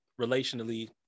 relationally